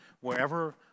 wherever